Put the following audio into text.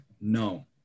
No